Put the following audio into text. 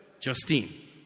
Justine